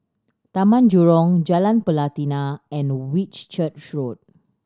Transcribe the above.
Taman Jurong Jalan Pelatina and Whitchurch Road